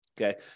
Okay